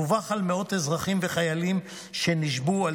דווח על מאות אזרחים וחיילים שנשבו על